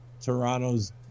Toronto's